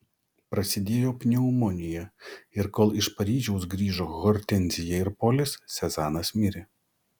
prasidėjo pneumonija ir kol iš paryžiaus grįžo hortenzija ir polis sezanas mirė